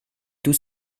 tous